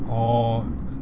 oh